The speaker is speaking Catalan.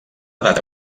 data